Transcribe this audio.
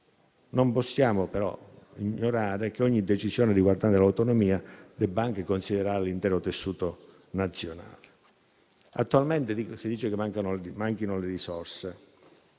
Non possiamo però ignorare che ogni decisione riguardante l'autonomia debba anche considerare l'intero tessuto nazionale. Attualmente si dice che manchino le risorse;